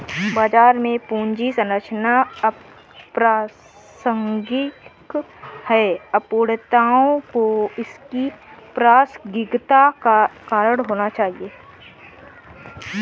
बाजार में पूंजी संरचना अप्रासंगिक है, अपूर्णताओं को इसकी प्रासंगिकता का कारण होना चाहिए